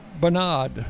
Bernard